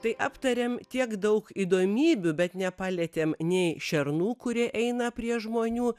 tai aptarėm tiek daug įdomybių bet nepalietėm nei šernų kurie eina prie žmonių